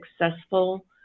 successful